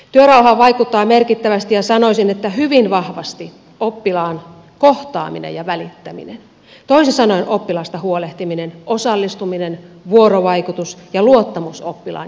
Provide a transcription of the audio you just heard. työrauhaan vaikuttaa merkittävästi ja sanoisin että hyvin vahvasti oppilaan kohtaaminen ja välittäminen toisin sanoen oppilaasta huolehtiminen osallistuminen vuorovaikutus ja luottamus oppilaan ja opettajan välillä